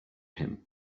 him